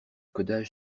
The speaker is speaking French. codage